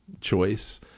choice